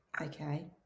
okay